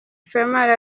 female